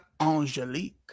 Angelique